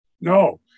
No